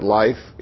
life